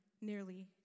nearly